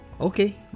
Okay